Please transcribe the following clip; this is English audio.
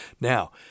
Now